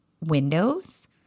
windows